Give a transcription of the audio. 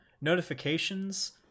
notifications